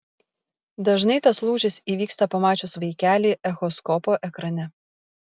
dažnai tas lūžis įvyksta pamačius vaikelį echoskopo ekrane